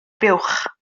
buwch